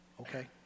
Okay